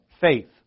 Faith